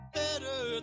better